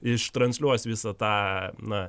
ištransliuos visą tą na